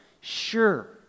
sure